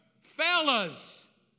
Fellas